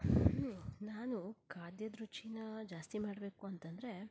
ನಾನು ಖಾದ್ಯದ ರುಚೀನ ಜಾಸ್ತಿ ಮಾಡ್ಬೇಕು ಅಂತಂದರೆ